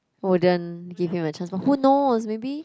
wouldn't give him a chance but who knows maybe